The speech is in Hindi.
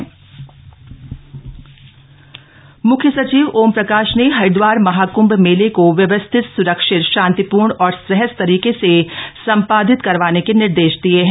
मुख्य सचिव कुंभ म्ख्य सचिव ओमप्रकाश ने हरिद्वार महाकृंभ मेले को व्यवस्थित स्रक्षित शान्तिप्र्ण और सहज तरीके से सं ादित करवाने निर्देश दिये हैं